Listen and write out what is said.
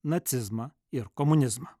nacizmą ir komunizmą